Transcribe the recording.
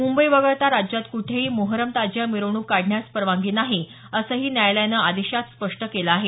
मुंबई वगळता राज्यात कुठेही मोहरम ताजिया मिरवणूक काढण्यास परवानगी नाही असंही न्यायालयानं आदेशात स्पष्ट केलं आहे